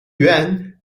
yuan